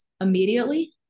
immediately